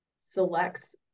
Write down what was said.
selects